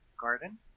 garden